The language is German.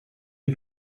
der